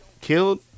killed